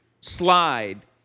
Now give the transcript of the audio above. slide